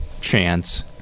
chance